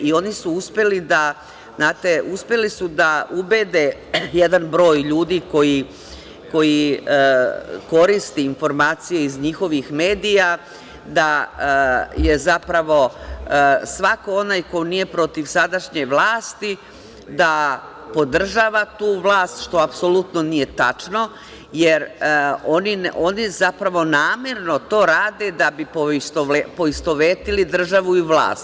Oni su uspeli da, znate, uspeli su da ubede jedan broj ljudi koji koristi informacije iz njihovih medija da je zapravo svako onaj ko nije protiv sadašnje vlasti, da podržava tu vlast, što apsolutno nije tačno, jer oni zapravo to namerno rade da bi poistovetili državu i vlast.